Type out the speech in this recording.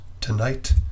tonight